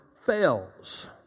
fails